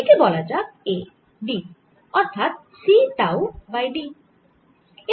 একে বলা যাক a dঅর্থাৎ c টাউ বাই d